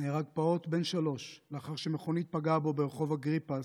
נהרג פעוט בן שלוש לאחר שמכונית פגעה בו ברחוב אגריפס,